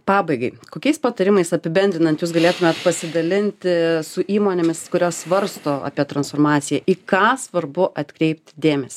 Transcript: pabaigai kokiais patarimais apibendrinant jūs galėtumėt pasidalinti su įmonėmis kurios svarsto apie transformaciją į ką svarbu atkreipt dėmesį